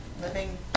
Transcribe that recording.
living